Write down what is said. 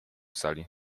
sali